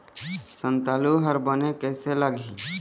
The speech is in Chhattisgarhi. संतालु हर बने कैसे लागिही?